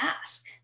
ask